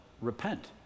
repent